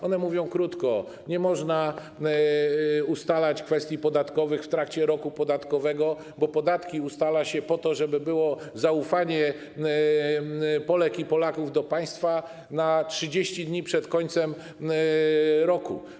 One mówią krótko: nie można ustalać kwestii podatkowych w trakcie roku podatkowego, bo podatki ustala się - po to żeby było zaufanie Polek i Polaków do państwa - na 30 dni przed końcem roku.